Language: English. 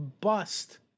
bust